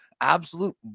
Absolute